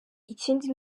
ikindi